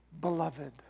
beloved